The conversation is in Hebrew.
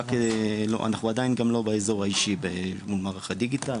אנחנו עדיין גם לא באזור האישי במערך הדיגיטל,